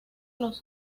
los